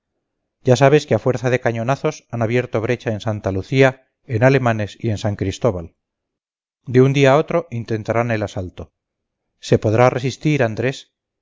ya sabes que a fuerza de cañonazos han abierto brecha en santa lucía en alemanes y en san cristóbal de un día a otro intentarán el asalto se podrá resistir andrés